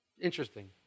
Interesting